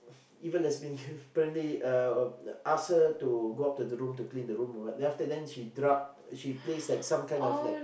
even lesbian apparently uh ask her to go up to the room to clean the room or what then after that she drugged she place like some kind of like